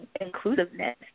inclusiveness